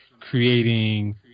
creating